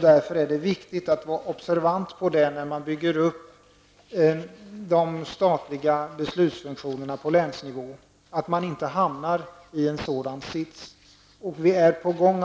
Därför är det viktigt att vara observant när de statliga beslutsfunktionerna byggs upp på länsnivå så att man inte hamnar i en sådan sits. Vi från